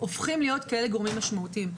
הופכים לגורמים כאלה משמעותיים.